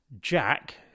Jack